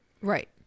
Right